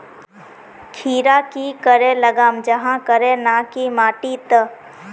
खीरा की करे लगाम जाहाँ करे ना की माटी त?